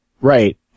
Right